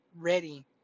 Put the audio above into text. ready